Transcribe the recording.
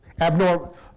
abnormal